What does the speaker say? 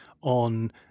on